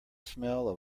smell